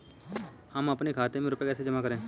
हम अपने खाते में रुपए जमा कैसे करें?